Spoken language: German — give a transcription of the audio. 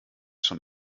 schon